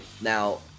Now